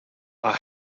are